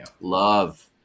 Love